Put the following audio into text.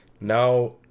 now